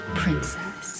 princess